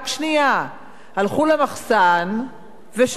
הלכו למחסן ושלפו את הספר.